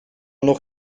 nog